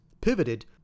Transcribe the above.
pivoted